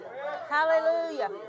Hallelujah